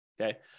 Okay